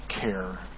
care